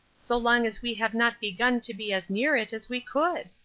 so long as we have not begun to be as near it as we could?